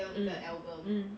mm mm